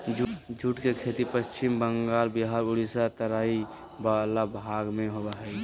jute के खेती पश्चिम बंगाल बिहार उड़ीसा के तराई वला भाग में होबो हइ